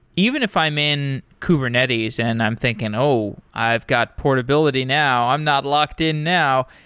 even if i'm in kubernetes and i'm thinking, oh, i've got portability now. i'm not locked in now.